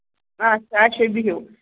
اَچھا اَچھا بِہِو